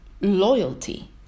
loyalty